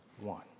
one